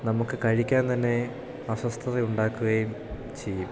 നമുക്ക് കഴിക്കാൻ തന്നെ അസ്വസ്ഥത ഉണ്ടാക്കുകയും ചെയ്യും